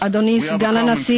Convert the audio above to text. We have a common future.